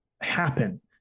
happen